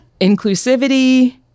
Inclusivity